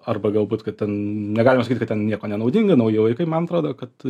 arba galbūt kad ten negalime sakyti kad ten nieko nenaudinga nauji laikai man atrodo kad